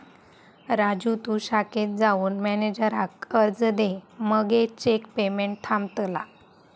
राजू तु शाखेत जाऊन मॅनेजराक अर्ज दे मगे चेक पेमेंट थांबतला